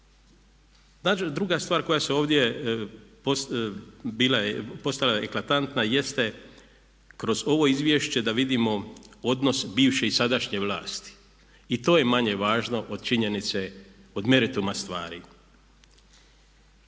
Druga stvar koja se ovdje postala je eklatantna jeste kroz ovo izvješće da vidimo odnos bivše i sadašnje vlasti i to je manje važno od činjenice, od merituma stvari.